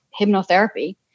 hypnotherapy